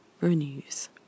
renews